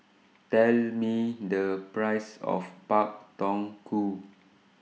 Tell Me The Price of Pak Thong Ko